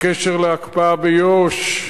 בהקשר של ההקפאה ביו"ש,